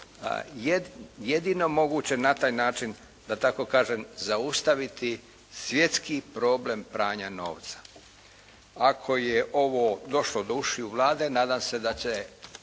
jedino moguće na taj način da tako kažem, zaustaviti svjetski problem pranja novca. Ako je ovo došlo do ušiju Vlade, nadam se da će